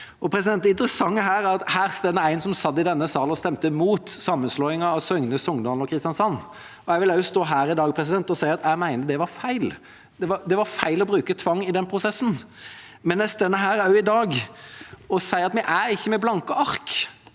er interessant at her står det en som satt i denne salen og stemte mot sammenslåingen av Søgne, Songdalen og Kristiansand, og i dag står jeg her og vil si at jeg mener det var feil. Det var feil å bruke tvang i den prosessen, men jeg står også her i dag og sier at vi er ikke her med blanke ark.